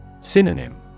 Synonym